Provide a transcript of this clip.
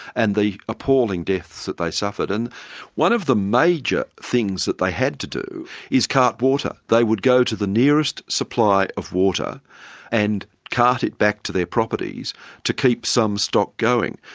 and the appalling deaths that they suffered. and one of the major things that they had to do is cart water. they would go to the nearest supply of water and cart it back to their properties to keep some stock going.